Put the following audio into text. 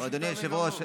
אדוני היושב-ראש,